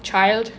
child